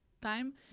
time